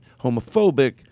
homophobic